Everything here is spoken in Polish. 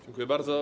Dziękuję bardzo.